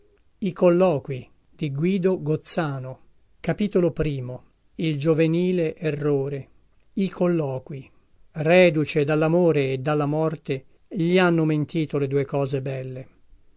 i colloqui voci correlate questo testo è stato riletto e controllato i colloqui reduce dallamore e dalla morte gli hanno mentito le due cose belle